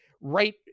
right